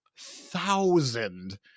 thousand